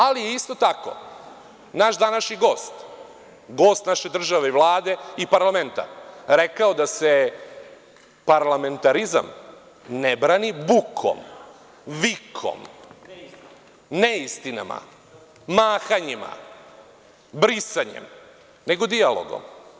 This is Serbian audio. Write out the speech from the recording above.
Ali, isto tako, naš je današnji gost, gost naše države, Vlade i parlamenta, rekao da se parlamentarizam ne brani bukom, vikom, neistinama, mahanjima, brisanjem, nego dijalogom.